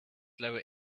lower